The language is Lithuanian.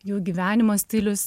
jų gyvenimo stilius